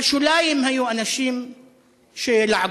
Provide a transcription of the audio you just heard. בשוליים היו אנשים שלעגו.